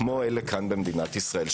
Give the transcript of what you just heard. כמו אלה כאן במדינת ישראל,